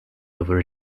over